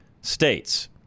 states